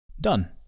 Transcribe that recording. done